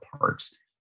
parts